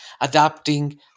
adapting